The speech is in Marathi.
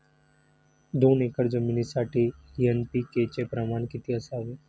दोन एकर जमिनीसाठी एन.पी.के चे प्रमाण किती असावे?